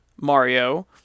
Mario